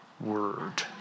word